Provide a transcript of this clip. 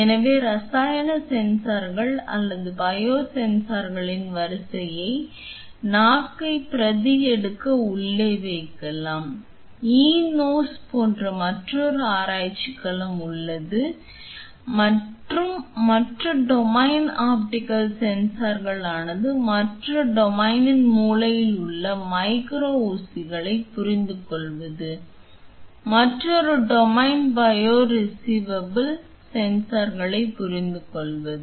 எனவே ரசாயன சென்சார்கள் அல்லது பயோசென்சர்களின் வரிசையை நாக்கைப் பிரதியெடுக்க உள்ளே வைக்கலாம் e மூக்கு போன்ற மற்றொரு ஆராய்ச்சி களம் உள்ளது மற்றும் மற்ற டொமைன் ஆப்டிகல் சென்சார்களுக்கானது மற்றொரு டொமைன் மூளையில் உள்ள மைக்ரோ ஊசிகளைப் புரிந்துகொள்வது மற்றொரு டொமைன் பயோ ரிசர்வபிள் சென்சார்களைப் புரிந்துகொள்வது